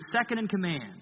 second-in-command